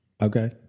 Okay